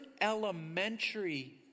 elementary